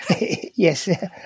Yes